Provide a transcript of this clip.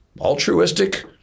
altruistic